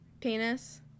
penis